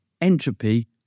entropy